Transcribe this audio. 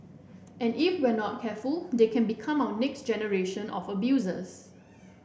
and if we are not careful they can become our next generation of abusers